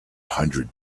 hundred